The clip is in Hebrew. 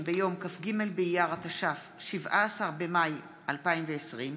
התש"ף 2020,